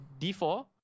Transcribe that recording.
D4